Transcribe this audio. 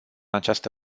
această